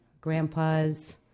grandpas